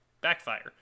backfire